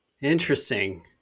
interesting